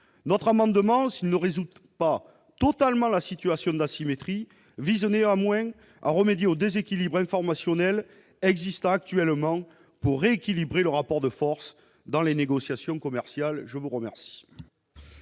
Notre amendement, s'il ne résout pas totalement l'asymétrie, vise ainsi à remédier au déséquilibre informationnel existant actuellement, et à rééquilibrer le rapport de forces dans les négociations commerciales. La parole